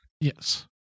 Yes